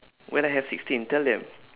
well I have sixteen tell them